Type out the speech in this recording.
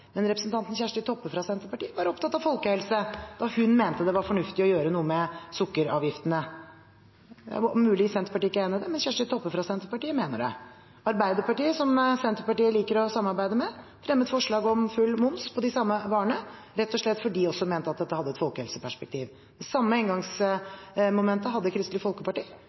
ikke er enig i det, men Kjersti Toppe fra Senterpartiet mener det. Arbeiderpartiet, som Senterpartiet liker å samarbeide med, fremmet forslag om full moms på de samme varene rett og slett fordi de også mente at dette hadde et folkehelseperspektiv. Det samme inngangsmomentet hadde Kristelig Folkeparti.